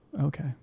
Okay